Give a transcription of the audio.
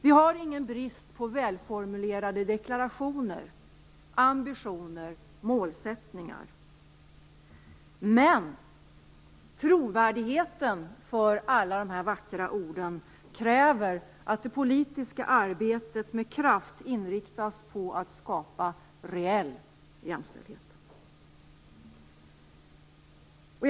Vi har ingen brist på välformulerade deklarationer, ambitioner och målsättningar. Men trovärdigheten för alla de här vackra orden kräver att det politiska arbetet med kraft inriktas på att skapa reell jämställdhet.